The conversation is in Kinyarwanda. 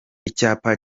icyapa